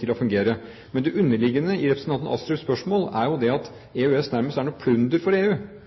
til å fungere. Men det underliggende i representanten Astrups spørsmål er jo at EØS nærmest er noe plunder for EU. Det